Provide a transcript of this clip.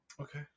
Okay